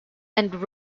and